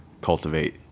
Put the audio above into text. cultivate